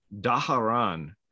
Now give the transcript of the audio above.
daharan